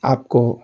आपको